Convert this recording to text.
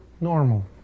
normal